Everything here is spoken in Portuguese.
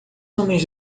homens